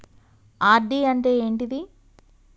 RD అంటే ఏంటిది?